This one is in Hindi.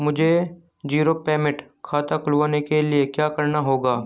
मुझे जीरो पेमेंट खाता खुलवाने के लिए क्या करना होगा?